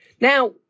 Now